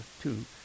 two